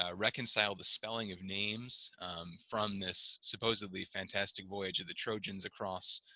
ah reconcile the spelling of names from this supposedly fantastic voyage of the trojans across